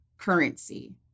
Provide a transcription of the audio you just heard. currency